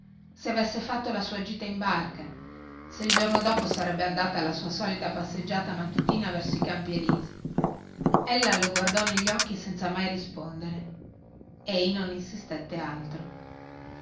se avesse fatto la sua gita in barca se il giorno dopo sarebbe andata alla sua solita passeggiata mattutina verso i campi elisi ella lo guardò negli occhi senza mai rispondere ei non insistette altro